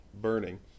burning